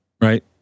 right